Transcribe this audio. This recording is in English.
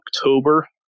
October